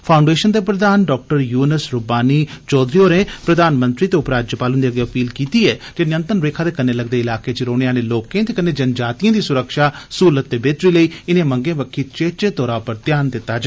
foundation दे प्रधान doctor Yunus रुबानी रब्बानी चौधरी होरें प्रधानमंत्री ते उपराज्यपाल हन्दे अग्गे अपील कीती ऐ जे नियंत्रण रेखा दे कन्नै लगदे इलाकें च रौहने आलें लोकें ते कन्नै जनजातिए दी सुरक्षा सहूलत बेहतरी लेई इनें मंगें बक्खी चेचे तौरा पर ध्यान दिता जा